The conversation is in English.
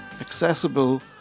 accessible